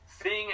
seeing